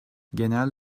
genel